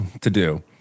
to-do